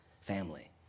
family